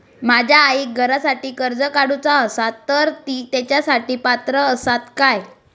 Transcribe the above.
माझ्या आईक घरासाठी कर्ज काढूचा असा तर ती तेच्यासाठी पात्र असात काय?